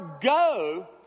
go